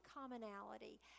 commonality